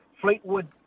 Fleetwood